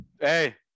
Hey